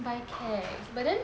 by care but then